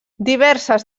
diverses